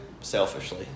selfishly